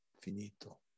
finito